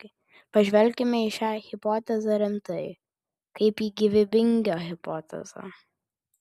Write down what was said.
pažvelkime į šią hipotezę rimtai kaip į gyvybingą hipotezę